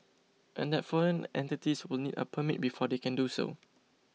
and that foreign entities will need a permit before they can do so